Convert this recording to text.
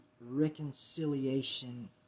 reconciliation